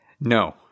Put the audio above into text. No